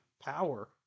power